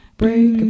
break